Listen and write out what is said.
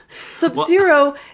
Sub-Zero